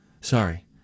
sorry